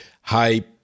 high